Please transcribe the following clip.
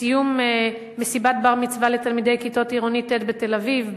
בסיום מסיבת בר-מצווה לתלמידי כיתות עירוני ט' בתל-אביב,